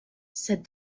said